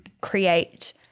create